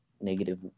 negative